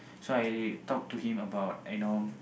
so I talk to him about a norm